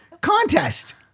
contest